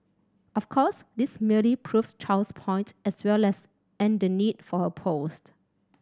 of course this merely proves Chow's point as well as and the need for her post